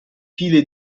pile